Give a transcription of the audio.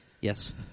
Yes